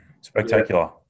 spectacular